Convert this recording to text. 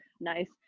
Nice